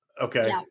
Okay